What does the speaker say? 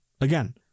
Again